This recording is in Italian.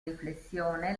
riflessione